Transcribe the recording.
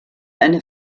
eine